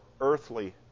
earthly